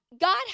God